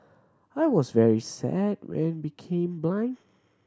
I was very sad when became blind